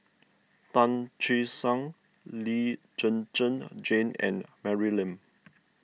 Tan Che Sang Lee Zhen Zhen Jane and Mary Lim